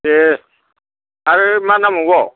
दे आरो मा नामबावगौ